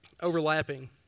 overlapping